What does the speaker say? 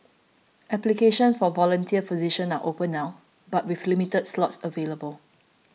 applications for volunteer positions are open now but with limited slots available